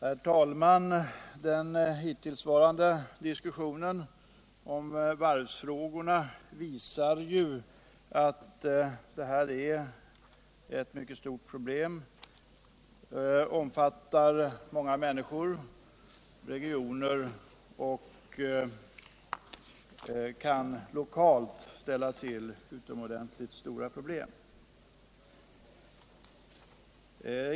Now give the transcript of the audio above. Herr talman! Den hittillsvarande diskussionen om varvsfrågorna visar, att det gäller ett mycket stort problem. Det omfattar många människor och regioner och kan lokalt ställa till utomordentligt stora svårigheter.